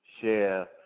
share